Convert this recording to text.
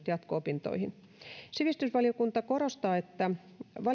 jatko opintoihin sivistysvaliokunta korostaa että